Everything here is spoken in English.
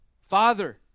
Father